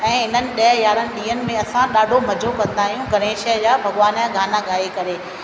ऐं हिननि ॾह यारहं ॾींहनि में असां ॾाढो मज़ो कंदा आहियूं गणेश जा भॻिवान जा गाना ॻाए करे